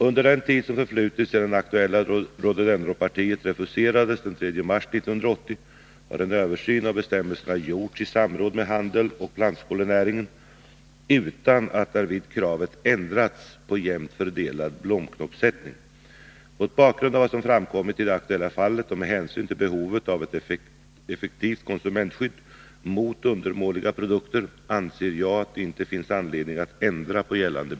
Under den tid som förflutit sedan det aktuella rhododendronpartiet refuserades den 3 mars 1980 har en översyn av bestämmelserna gjorts i samråd med handeln och plantskolenäringen utan att därvid kravet ändrats på jämnt fördelad blomknoppssättning. Mot bakgrund av vad som framkommit i det aktuella fallet och med hänsyn till behovet av ett effektivt konsumentskydd mot undermåliga produkter anser jag att det inte finns anledning att ändra på gällande.